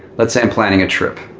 let's say i'm planning a trip.